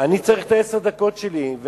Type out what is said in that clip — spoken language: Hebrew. אני צריך את עשר הדקות שלי.